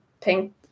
pink